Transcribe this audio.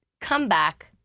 comeback